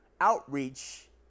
outreach